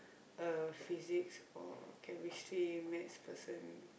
uh Physics or Chemistry Math person